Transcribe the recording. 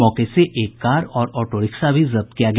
मौके से एक कार और ऑटो रिक्शा भी जब्त किया गया